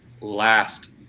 last